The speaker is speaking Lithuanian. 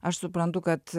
aš suprantu kad